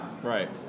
Right